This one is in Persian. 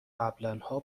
قبلاًها